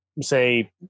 say